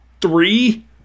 three